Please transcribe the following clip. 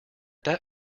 that